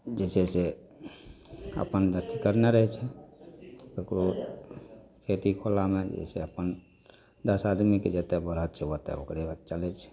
जे छै से अपन अथी करने रहै छै केकरो खेती कोलामे ओ जे अपन दश आदमीके जतऽ बढ़त छै ओतऽ ओकरे चलैत छै